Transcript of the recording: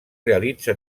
realitza